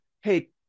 hey